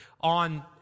on